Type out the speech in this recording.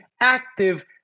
active